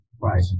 Right